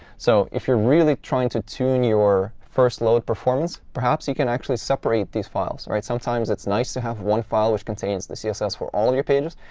so if you're really trying to tune your first-load performance, perhaps you can actually separate these files, right? sometimes it's nice to have one file which contains the css for all your pages.